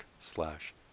slash